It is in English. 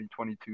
2022